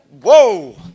Whoa